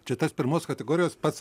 čia tas pirmos kategorijos pats